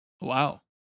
Wow